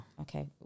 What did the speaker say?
Okay